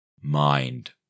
Mind